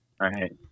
right